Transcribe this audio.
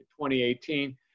2018